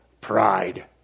Pride